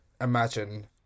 imagine